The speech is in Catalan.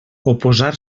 oposar